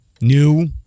new